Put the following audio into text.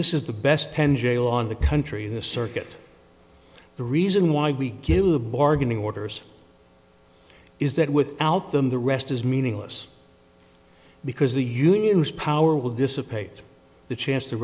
this is the best ten jail on the country the circuit the reason why we give the bargaining orders is that without them the rest is meaningless because the union whose power will dissipate the chance to